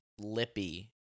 lippy